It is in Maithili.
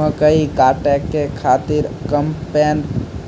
मकई काटै के खातिर कम्पेन